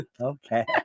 okay